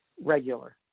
regular